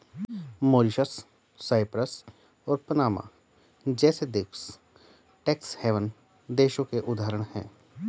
Mauritius, Cyprus और Panama जैसे देश टैक्स हैवन देशों के उदाहरण है